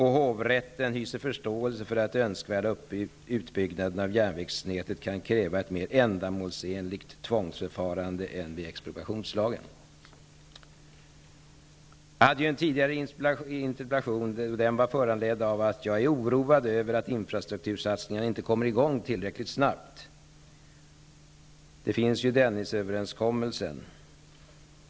Hovrätten hyser förståelse för att önskvärd utbyggnad av järnvägsnätet kan kräva ett mer ändamålsenligt tvångsförfarande än det vid expropriationslagsförfarande. Jag framställde tidigare en interpellation. Den var föranledd av att jag är oroad över att infrastruktursatsningarna inte kommer i gång tillräckligt snabbt -- Dennisöverenskommelsen finns ju.